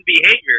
behavior